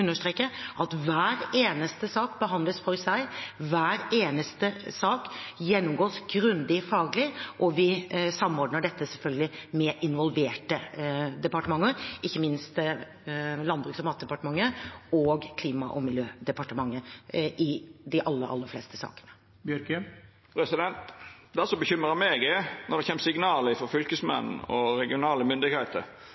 at hver eneste sak behandles for seg, og hver eneste sak gjennomgås grundig faglig. Og vi samordner selvfølgelig dette med involverte departementer, ikke minst med Landbruks- og matdepartementet og Klima- og miljødepartementet, i de aller fleste sakene. Det som bekymrar meg, er når det kjem